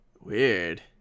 weird